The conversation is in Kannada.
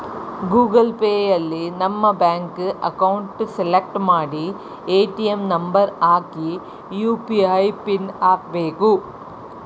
ಗೂಗಲ್ ಪೇಯಲ್ಲಿ ನಮ್ಮ ಬ್ಯಾಂಕ್ ಅಕೌಂಟ್ ಸೆಲೆಕ್ಟ್ ಮಾಡಿ ಎ.ಟಿ.ಎಂ ನಂಬರ್ ಹಾಕಿ ಯು.ಪಿ.ಐ ಪಿನ್ ಹಾಕ್ಬೇಕು